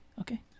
Okay